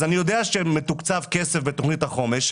אז אני יודע שמתוקצב כסף בתוכנית החומש,